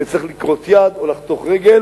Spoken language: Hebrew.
וצריך לכרות יד או לחתוך רגל,